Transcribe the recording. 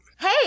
Hey